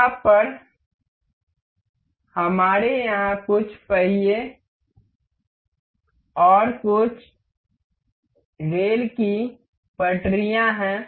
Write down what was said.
यहाँ पर हमारे यहाँ कुछ पहिये और कुछ रेल की पटरियाँ हैं